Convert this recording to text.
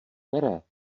které